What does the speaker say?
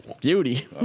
Beauty